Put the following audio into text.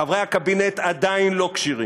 חברי הקבינט עדיין לא כשירים.